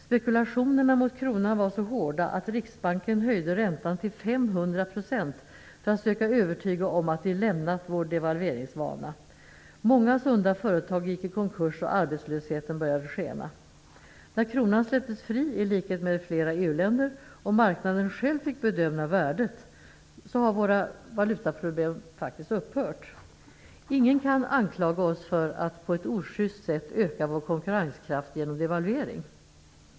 Spekulationerna mot kronan var så hårda att Riksbanken höjde räntan till 500 % för att söka övertyga om att vi lämnat vår devalveringsvana. Många sunda företag gick i konkurs och arbetslösheten började skena. Sedan kronan släpptes fri, som i flera EU-länder, och marknaden själv fick bestämma värdet har våra valutaproblem faktiskt upphört. Ingen kan anklaga oss för att på ett oschyst sätt öka vår konkurrenskraft genom devalvering.